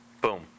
boom